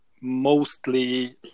mostly